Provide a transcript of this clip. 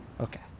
Okay